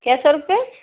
کیا سو روپئے